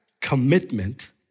commitment